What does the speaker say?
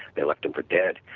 they left him for dead,